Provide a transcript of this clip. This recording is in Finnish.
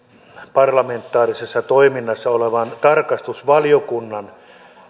parlamentaarisessa toiminnassa olevan tarkastusvaliokunnan